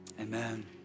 amen